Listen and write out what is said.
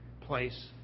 place